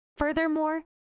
Furthermore